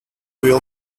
will